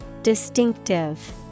Distinctive